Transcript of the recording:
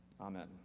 Amen